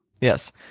Yes